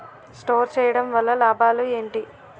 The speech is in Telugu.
స్టోర్ చేయడం వల్ల లాభాలు ఏంటి?